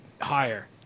Higher